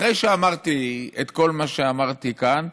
אחרי שאמרתי את כל מה שאמרתי כאן,